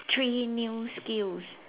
three new skills